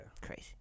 Crazy